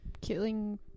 killing